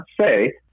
say